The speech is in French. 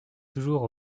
toujours